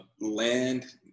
land